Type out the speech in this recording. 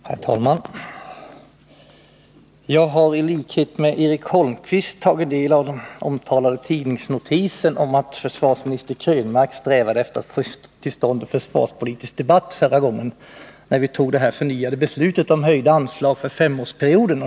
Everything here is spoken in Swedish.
Herr talman! Jag har i likhet med Eric Holmqvist tagit del av den omtalade tidningsnotisen om att försvarsminister Krönmark strävade efter att få till stånd en försvarspolitisk debatt förra gången, när vi fattade det förnyade beslutet om höjda anslag för femårsperioden.